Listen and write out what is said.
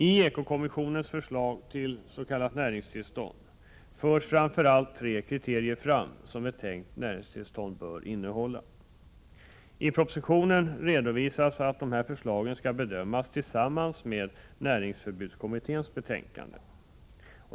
I eko-kommissionens förslag till s.k. näringstillstånd förs framför allt tre kriterier fram som ett tänkt näringstillstånd bör innehålla. I propositionen redovisas att dessa förslag skall bedömas tillsammans med näringsförbudskommitténs betänkande.